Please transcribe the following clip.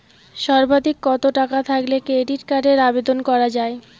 সর্বাধিক কত টাকা থাকলে ক্রেডিট কার্ডের আবেদন করা য়ায়?